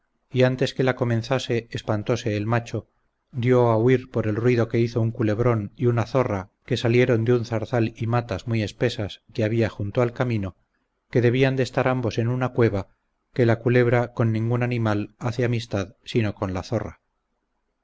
y antes que la comenzase espantose el macho dió a huir por el ruido que hizo un culebrón y una zorra que salieron de un zarzal y matas muy espesas que había junto al camino que debían de estar ambos en una cueva que la culebra con ningún animal hace amistad sino con la zorra